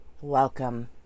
welcome